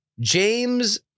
James